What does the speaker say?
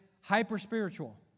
hyper-spiritual